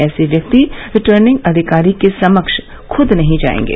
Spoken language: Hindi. ऐसे व्यक्ति रिटर्निंग अधिकारी के समक्ष खुद नहीं आयेंगे